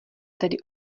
tedy